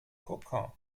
kokon